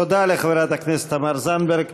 תודה לחברת הכנסת תמר זנדברג.